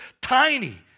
tiny